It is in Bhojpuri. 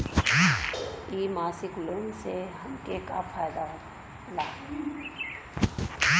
इ मासिक लोन से हमके का फायदा होई?